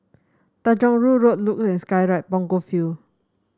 Tanjong Rhu Road Luge and Skyride Punggol Field